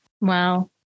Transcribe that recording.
Wow